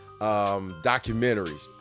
documentaries